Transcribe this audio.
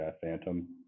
Phantom